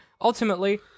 Ultimately